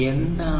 15